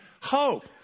hope